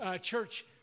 church